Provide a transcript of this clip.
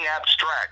abstract